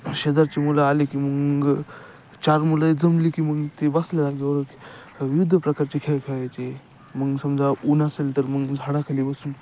शेजारची मुलं आले की मग चार मुलं जमली की मग ते बसल्या जागेवर विविध प्रकारचे खेळ खेळायचे मग समजा ऊन असेल तर मग झाडाखाली बसून